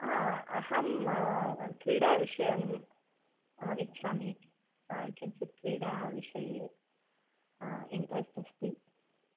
हा अहं क्रीडाविषयं इच्छामि किञ्चित् क्रीडाविषये इण्ट्रेस्ट् अस्ति